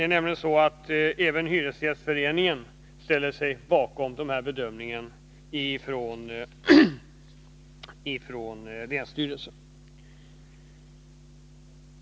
Även hyresgästföreningen ställer sig nämligen bakom länsstyrelsens bedömning.